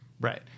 Right